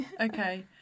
Okay